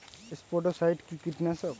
স্পোডোসাইট কি কীটনাশক?